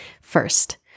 First